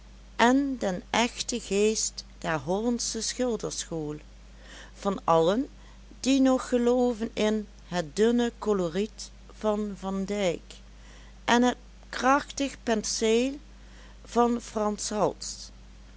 en den echten geest der hollandsche schilderschool van allen die nog gelooven in het dunne coloriet van van dijck en het krachtig penseel van frans hals